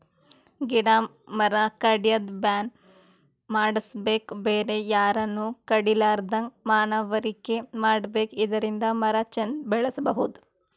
ಗಿಡ ಮರ ಕಡ್ಯದ್ ಬ್ಯಾನ್ ಮಾಡ್ಸಬೇಕ್ ಬೇರೆ ಯಾರನು ಕಡಿಲಾರದಂಗ್ ಮನವರಿಕೆ ಮಾಡ್ಬೇಕ್ ಇದರಿಂದ ಮರ ಚಂದ್ ಬೆಳಸಬಹುದ್